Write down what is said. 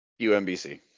Umbc